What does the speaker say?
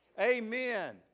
Amen